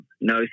No